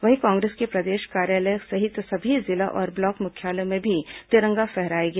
वहीं कांग्रेस के प्रदेष कार्यालय सहित सभी जिला और ब्लॉक मुख्यालयों में भी तिरंगा फहराया गया